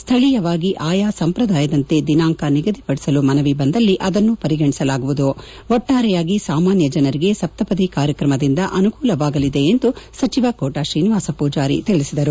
ಸ್ಥಳೀಯವಾಗಿ ಆಯಾ ಸಂಪ್ರದಾಯಗಳಂತೆ ದಿನಾಂಕ ನಿಗದಿಪಡಿಸುವಂತೆ ಮನವಿ ಬಂದಲ್ಲಿ ಅದನ್ನು ಪರಿಗಣಿಸಲಾಗುವುದು ಒಟ್ಟಾರೆಯಾಗಿ ಸಾಮಾನ್ಯ ಜನರಿಗೆ ಸಪ್ತಪದಿ ಕಾರ್ಯಕ್ರಮದಿಂದ ಅನುಕೂಲವಾಗಲಿದೆ ಎಂದು ಸಚಿವ ಕೊಟಾ ಶ್ರೀನಿವಾಸ ಪೂಜಾರಿ ತಿಳಿಸಿದರು